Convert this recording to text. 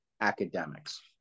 academics